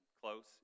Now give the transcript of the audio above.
close